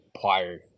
prior